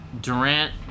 Durant